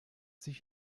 sich